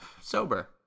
sober